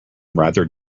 rather